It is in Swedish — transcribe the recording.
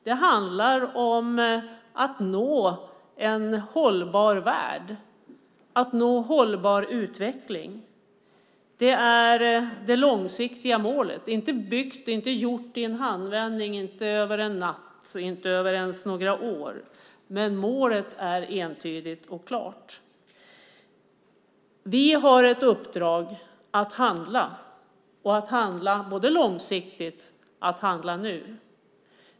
Det handlar om att uppnå en hållbar värld, att uppnå hållbar utveckling. Det är det långsiktiga målet. Det är inte byggt i en handvändning, inte över en natt, inte ens över några år. Målet är dock entydigt och klart. Vi har ett uppdrag att handla både långsiktigt och nu.